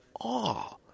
awe